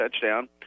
touchdown